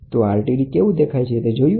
તો આ RTD કેવું દેખાય છે તે જોયું